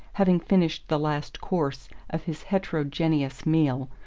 having finished the last course of his heterogeneous meal,